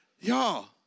Y'all